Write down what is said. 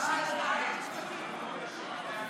בואי, הינה השותפה החדשה שלך.